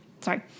Sorry